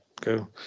go